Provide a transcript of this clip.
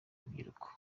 rubyiruko